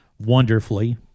wonderfully